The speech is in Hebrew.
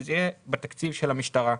שזה יהיה בתקציב של המשטרה.